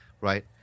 Right